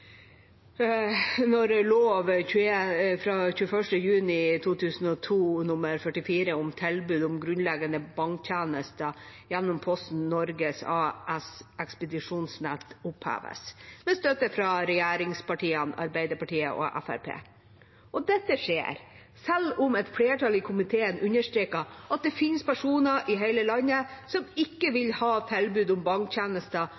når lov av 21. juni 2002 nr. 44 om tilbud av grunnleggende banktjenester gjennom Posten Norge AS’ ekspedisjonsnett oppheves, med støtte fra regjeringspartiene, Arbeiderpartiet og Fremskrittspartiet. Dette skjer selv om et flertall i komiteen understreker at det finnes personer i hele landet som ikke vil ha tilbud om banktjenester